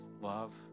love